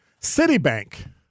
Citibank